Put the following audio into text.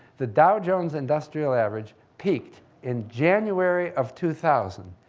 the dow jones industrial average peaked in january of two thousand.